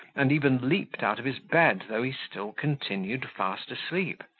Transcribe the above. and even leaped out of his bed, though he still continued fast asleep.